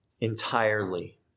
entirely